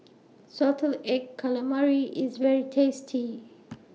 Salted Egg Calamari IS very tasty